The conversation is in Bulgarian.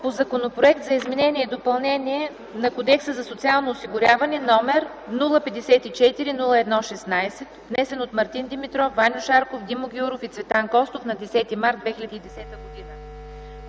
Законопроект за изменение и допълнение на Кодекса за социално осигуряване, № 054-01-16, внесен от Мартин Димитров, Ваньо Шарков, Димо Гяуров и Цветан Костов на 10 март 2010 г.